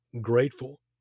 grateful